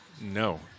No